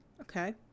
Okay